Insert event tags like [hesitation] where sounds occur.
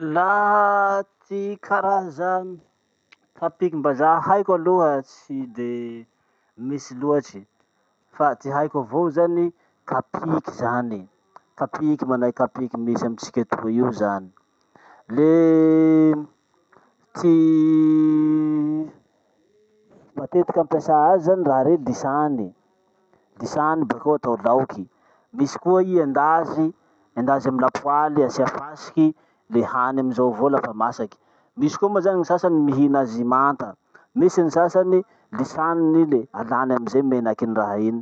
Laha ty karaza [noise] kapikim-bazaha haiko aloha tsy de misy loatsy. Fa ty haiko avao zany, kapiky zany. Kapiky manahaky kapiky misy amitsika etoy io zany. Le ty [hesitation] matetiky ampiasà azy zany, raha reny lisany, lisany bakeo atao laoky. Misy koa i endazy, endazy amy lapoaly asia fasiky, le hany amizao avao lafa masaky. Misy koa moa zany ny sasany mihina azy manta, misy ny sasany, lisaniny i le alany amizay menaky raha iny.